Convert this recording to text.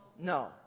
No